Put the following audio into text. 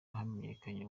hamenyekanye